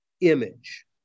image